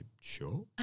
sure